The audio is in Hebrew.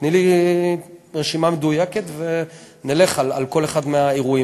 תני לי רשימה מדויקת ונלך על כל אחד מהאירועים.